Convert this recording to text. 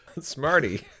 Smarty